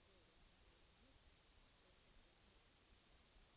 Den relationen måste man alltså också tänka på